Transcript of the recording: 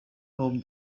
home